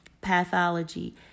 pathology